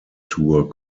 tour